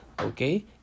okay